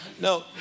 no